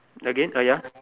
again uh ya